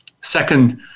Second